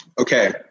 okay